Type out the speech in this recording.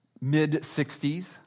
mid-60s